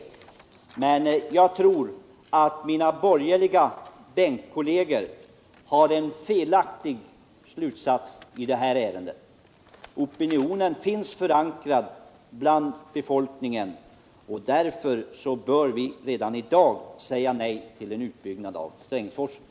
Men jag tror att mina borgerliga bänkkolleger drar felaktiga slutsatser i det här ärendet. Opinionen är förankrad hos befolkningen, och därför bör vi redan i dag säga nej till en utbyggnad av Strängsforsen.